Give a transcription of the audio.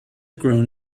grown